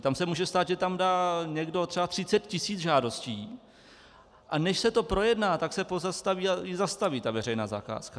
Tam se může stát, že tam dá někdo třeba 30 tisíc žádostí, a než se to projedná, tak se pozastaví i zastaví ta veřejná zakázka.